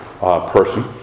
person